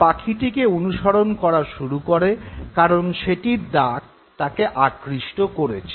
সে পাখিটিকে অনুসরণ করা শুরু করে কারন সেটির ডাক তাকে আকৃষ্ট করেছে